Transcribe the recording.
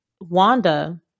Wanda